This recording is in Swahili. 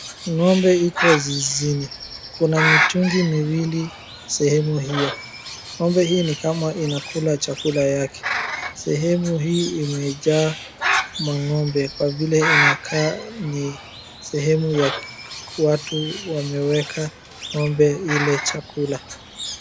Ng'ombe iko zizini, kuna mitungi miwili sehemu hiyo, ng'ombe hii ni kama inakula chakula yake, sehemu hii imejaa mang'ombe kwa vile inakaa ni sehemu ya watu wameweka ng'ombe ile chakula.